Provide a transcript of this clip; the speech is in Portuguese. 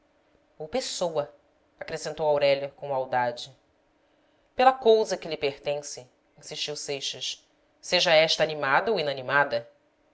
ou pessoa acrescentou aurélia com maldade pela cousa que lhe pertence insistiu seixas seja essa animada ou inanimada